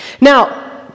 Now